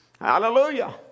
Hallelujah